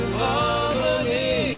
harmony